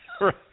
right